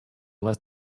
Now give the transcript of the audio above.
less